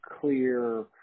clear